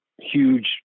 huge